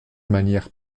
manière